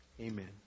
Amen